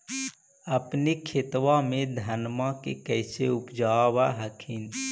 अपने खेतबा मे धन्मा के कैसे उपजाब हखिन?